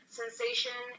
sensation